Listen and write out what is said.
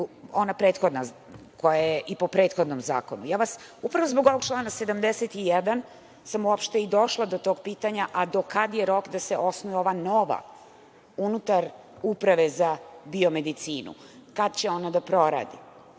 ona prethodna, koja je po prethodnom zakonu. Upravo vas zbog ovog člana 71 sam i došla do tog pitanja, a do kada je rok da se osnuje ova nova, unutar Uprave za biomedicinu? Kada će ona da proradi? Koliko